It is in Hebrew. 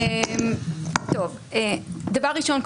דבר ראשון,